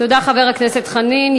תודה, חבר הכנסת חנין.